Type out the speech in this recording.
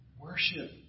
Worship